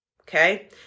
Okay